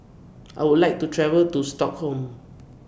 I Would like to travel to Stockholm